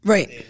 Right